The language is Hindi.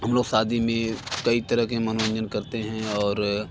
हम लोग शादी में कई तरह के मनोरंजन करते हैं और